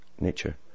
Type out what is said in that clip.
nature